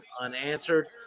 unanswered